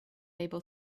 able